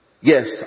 Yes